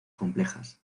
complejas